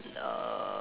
uh